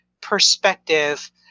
perspective